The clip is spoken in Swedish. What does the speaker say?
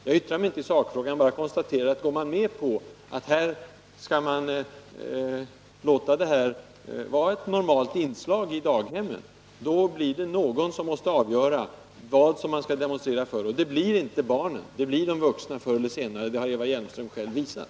Jag yttrar mig inte i sakfrågan utan konstaterar bara att om man låter demonstrationer vara ett normalt inslag i daghemsverksamheten, måste någon avgöra vad man skall demonstrera för. Och det blir inte barnen som avgör det, utan det blir, för eller senare, de vuxna. Det har Eva Hjelmström själv visat.